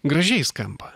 gražiai skamba